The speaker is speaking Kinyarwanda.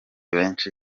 benshi